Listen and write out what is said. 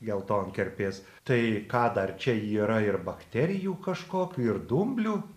geltonkerpės tai ką dar čia yra ir bakterijų kažkokių ir dumblių